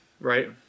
Right